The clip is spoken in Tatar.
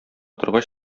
торгач